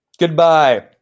Goodbye